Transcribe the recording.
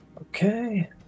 Okay